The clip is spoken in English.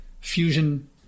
Fusion